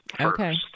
Okay